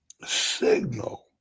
signal